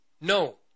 No